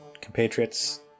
compatriots